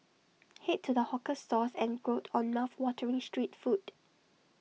Head to the hawker stalls and gorge on laugh watering street food